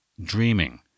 dreaming